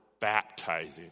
baptizing